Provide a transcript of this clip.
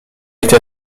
été